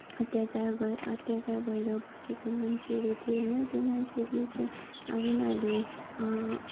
अत्याचार गर अत्याचार भएर बसेको मान्छेहरू थियो होइन त्यो मान्छेहरूले चाहिँ अब उनीहरूले